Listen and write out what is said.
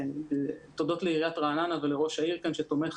תודות לעיריית רעננה ולראש העיר כאן שתומך